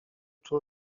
jakim